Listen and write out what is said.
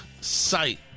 sight